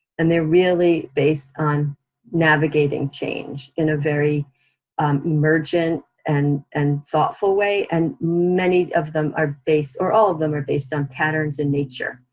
and they're really based on navigating change in a very emergent, and and thoughtful way, and many of them are based, or all of them are based on patterns in nature.